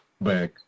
back